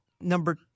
number